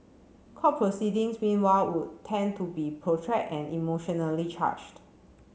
court proceedings meanwhile would tend to be protract and emotionally charged